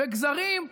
וגזרים,